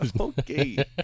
okay